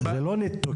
זה לא ניתוקים.